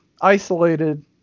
isolated